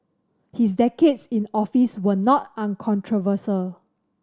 his decades in office were not uncontroversial